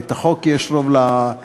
החוק, כי יש רוב לקואליציה.